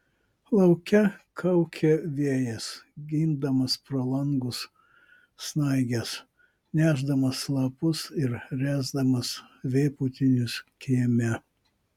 lauke kaukė vėjas gindamas pro langus snaiges nešdamas lapus ir ręsdamas vėpūtinius kieme